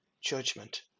judgment